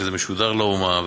שזה משודר לאומה,